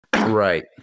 Right